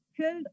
killed